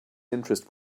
interest